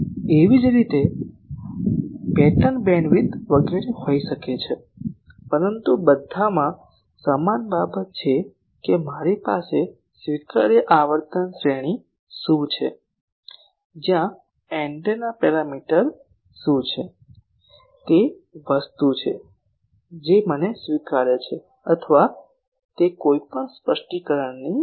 એ જ રીતે pattern bandwidth વગેરે હોઈ શકે છે પરંતુ બધામાં સમાન બાબત છે કે મારી સ્વીકાર્ય આવર્તન શ્રેણી શું છે જ્યાં એન્ટેના પેરામીટર છે તે વસ્તુ જે મને સ્વીકાર્ય છે અથવા તે કોઈ સ્પષ્ટીકરણની અંદર છે